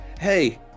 hey